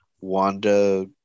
Wanda